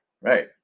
Right